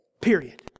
Period